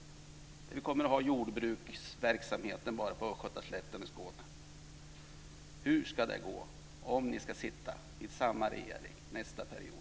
Vi kommer att ha jordbruksverksamhet bara på Östgötaslätten och i Skåne. Hur ska det gå om ni ska sitta i samma regering nästa period?